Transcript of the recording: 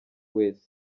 wese